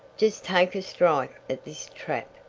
just take a strike at this trap,